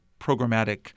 programmatic